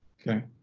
Okay